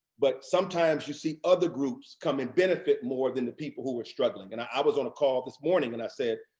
but sometimes you see other groups come and benefit more than the people who were struggling. and i was on a call this morning and i said,